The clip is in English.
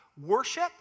Worship